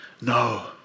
No